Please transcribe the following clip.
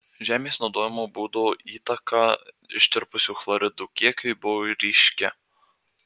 žemės naudojimo būdo įtaka ištirpusių chloridų kiekiui buvo ryški